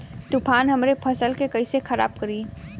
तूफान हमरे फसल के कइसे खराब करी?